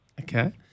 Okay